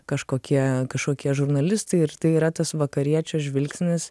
kažkokie kažkokie žurnalistai ir tai yra tas vakariečio žvilgsnis